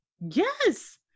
Yes